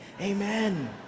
Amen